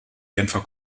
genfer